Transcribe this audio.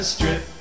Strip